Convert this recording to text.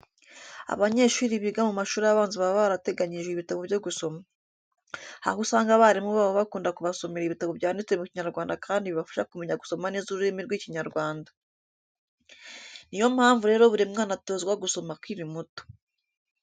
Abanyeshuri biga mu mashuri abanza baba barateganyirijwe ibitabo byo gusoma. Aho usanga abarimu babo bakunda kubasomera ibitabo byanditse mu Kinyarwanda kandi bibafasha kumenya gusoma neza ururimi rw'Ikinyarwanda. Ni yo mpamvu rero buri mwana atozwa gusoma akiri muto.